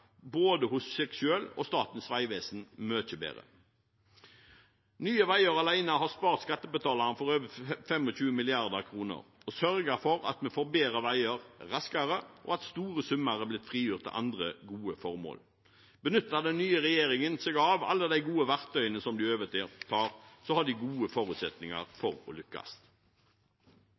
både hos seg selv og Statens vegvesen mye bedre. Nye Veier alene har spart skattebetalerne for over 25 mrd. kr og sørget for at vi får bedre veier raskere, og at store summer er blitt frigjort til andre gode formål. Benytter den nye regjeringen seg av alle de gode verktøyene som den overtar, har den gode forutsetninger for å lykkes.